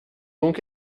donc